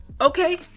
Okay